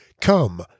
Come